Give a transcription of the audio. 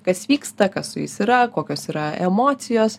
kas vyksta kas su jais yra kokios yra emocijos